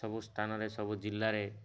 ସବୁ ସ୍ଥାନରେ ସବୁ ଜିଲ୍ଲାରେ